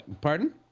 pardon